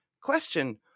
Question